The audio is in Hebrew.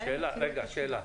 שאלה: